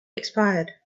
expired